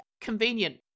convenient